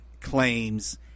claims